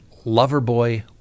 Loverboy